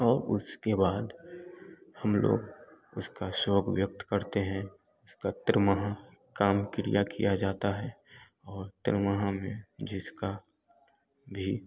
और उसके बाद हम लोग उसका शोक व्यक्त करते हैं उसका त्रीमाह काम काम क्रिया किया जाता है और त्रीमाह जिसका भी